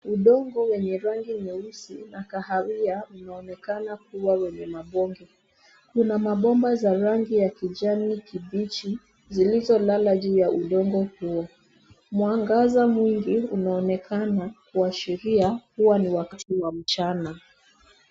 Udongo wenye rangi nyeusi na kahawia unaonekana kuwa wenye mabonge. Kuna mabomba za rangi ya kijani kibichi zilizolala juu ya udongo huo. Mwangaza mwingi unaonekana kuashiria kuwa ni wakati wa mchana.